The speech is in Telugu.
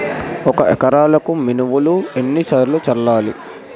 ఒక ఎకరాలకు మినువులు ఎన్ని చల్లాలి?